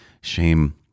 shame